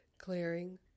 clearing